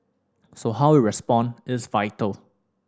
so how we respond is vital